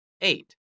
Eight